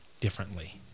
differently